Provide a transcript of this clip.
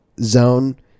zone